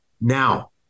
now